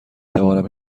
توانم